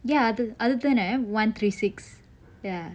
ya அது அது தான:athu athu thana one three six ya